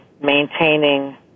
maintaining